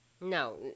No